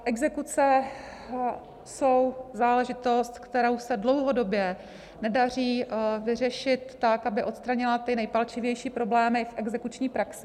Exekuce jsou záležitost, kterou se dlouhodobě nedaří vyřešit tak, aby odstranila nepalčivější problémy v exekuční praxi.